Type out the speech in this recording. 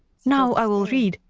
now i will read,